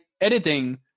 editing